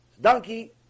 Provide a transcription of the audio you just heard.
donkey